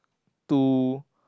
two